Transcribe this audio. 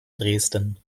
dresden